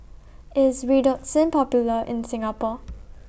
IS Redoxon Popular in Singapore